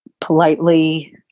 politely